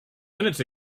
minutes